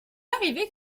arrivait